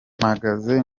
mpagaze